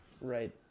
Right